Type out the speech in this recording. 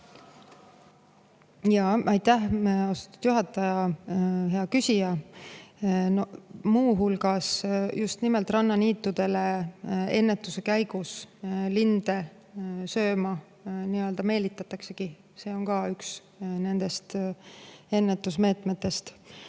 Aitäh! Austatud juhataja! Hea küsija! Muu hulgas just nimelt rannaniitudele ennetuse käigus linde sööma meelitataksegi, see on ka üks ennetusmeetmetest.